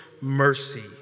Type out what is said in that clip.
mercy